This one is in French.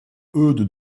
eudes